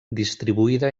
distribuïda